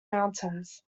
mountains